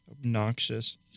Obnoxious